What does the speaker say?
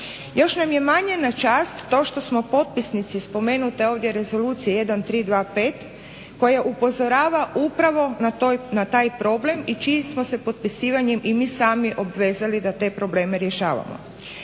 Još nam je manje na čast to što smo potpisnici spomenute ovdje Rezolucije 1325 koja upozorava upravo na taj problem i s čijim smo se potpisivanjem i mi sami obvezali da te probleme rješavamo.